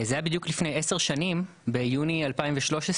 זה היה בדיוק לפני עשר שנים, ביוני 2013,